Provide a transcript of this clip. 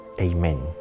Amen